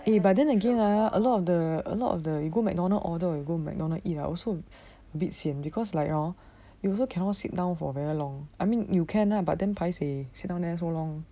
eh but then again ah a lot of the a lot of the when you go mcdonald's order or you go mcdonald's eat ah also a bit sian because like hor you also cannot sit down for very long I mean you can lah but then paiseh sit down there so long